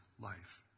life